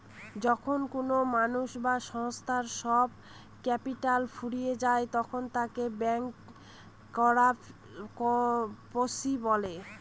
যখন কোনো মানুষ বা সংস্থার সব ক্যাপিটাল ফুরিয়ে যায় তখন তাকে ব্যাংকরাপসি বলে